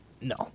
no